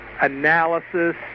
analysis